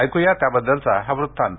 ऐकूया त्याबद्दलचा हा वृत्तांत